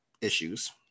issues